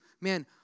man